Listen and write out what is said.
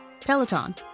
Peloton